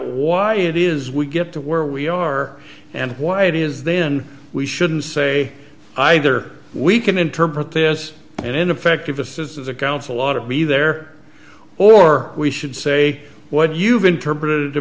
why it is we get to where we are and why it is then we shouldn't say either we can interpret this as an ineffective assistance of counsel law to be there or we should say what you've interpreted to